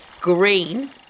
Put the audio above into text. green